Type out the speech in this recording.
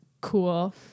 Cool